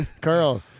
Carl